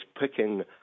picking